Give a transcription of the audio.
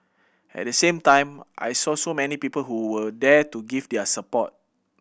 at the same time I saw so many people who were there to give their support